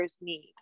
need